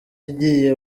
igiye